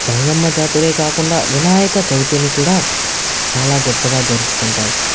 గంగమ్మ జాతరే కాకుండా వినాయక చవితిని కూడా చాలా గొప్పగా జరుపుకుంటారు